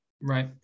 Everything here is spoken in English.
right